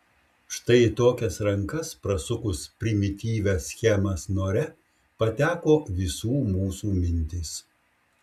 štai į tokias rankas prasukus primityvią schemą snore pateko visų mūsų mintys